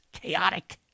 chaotic